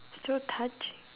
so touching